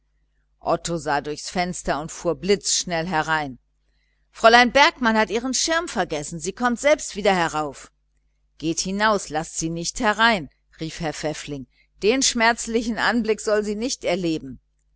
otto sah durchs fenster und fuhr blitzschnell wieder herein fräulein bergmann hat ihren schirm vergessen sie kommt selbst herauf geht hinaus laßt sie nicht herein rief herr pfäffling den schmerzlichen anblick soll sie nicht erleben